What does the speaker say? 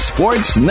Sports